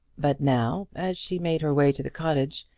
but now, as she made her way to the cottage,